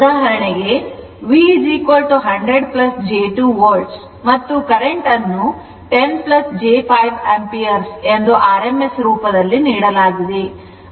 ಉದಾಹರಣೆಗೆ V100 j 2 volt ಮತ್ತು current ಅನ್ನು 10 j 5 ಆಂಪಿಯರ್ ಎಂದು rms ರೂಪದಲ್ಲಿ ನೀಡಲಾಗಿದೆ